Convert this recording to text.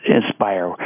inspire